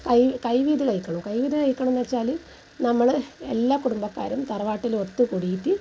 കൈ കൈ വീതു വെയ്ക്കണം കൈ വീതു വെയ്ക്കണം എന്നു വെച്ചാൽ നമ്മൾ എല്ലാ കുടുംബക്കാരും തറവാട്ടിലൊത്തു കൂടിയിട്ട്